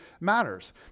matters